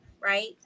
right